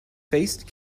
faced